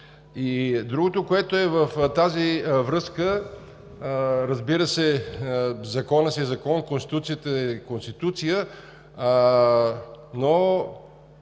Другото, което е в тази връзка. Разбира се, законът си е закон, Конституцията е Конституция, но